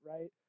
right